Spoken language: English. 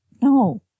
No